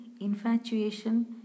infatuation